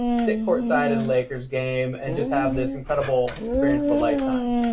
sit court side at a lakers game, and just have this incredible experience of a lifetime.